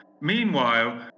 Meanwhile